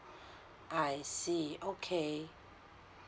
I see okay